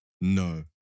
No